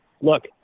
Look